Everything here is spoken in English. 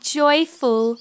joyful